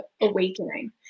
awakening